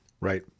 Right